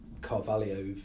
Carvalho